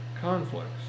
conflicts